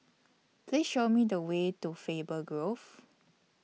Please Show Me The Way to Faber Grove